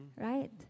right